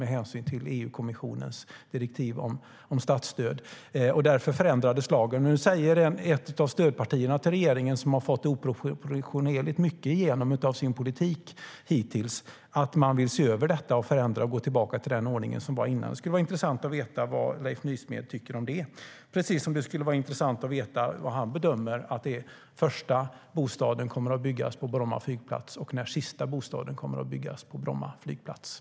Därför förändrades lagen. Nu säger ett av regeringens stödpartier, som hittills har fått igenom oproportionerligt mycket av sin politik, att man vill se över detta och förändra och gå tillbaka till den ordning som var innan. Det skulle vara intressant att veta vad Leif Nysmed tycker om det.